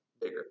bigger